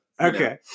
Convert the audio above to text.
okay